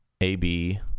AB